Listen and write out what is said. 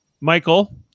Michael